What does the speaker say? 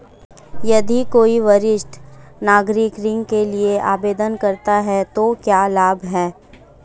यदि कोई वरिष्ठ नागरिक ऋण के लिए आवेदन करता है तो क्या लाभ हैं?